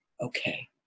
okay